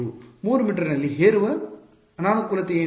3 ಮೀಟರ್ನಲ್ಲಿ ಹೇರುವ ಅನಾನುಕೂಲತೆ ಏನು